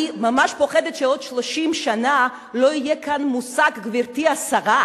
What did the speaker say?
אני פוחדת שעוד 30 שנה לא יהיה כאן המושג "גברתי השרה",